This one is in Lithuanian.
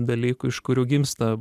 dalykų iš kurių gimsta